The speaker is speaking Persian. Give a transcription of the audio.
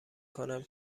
کنم